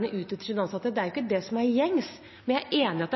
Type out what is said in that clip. det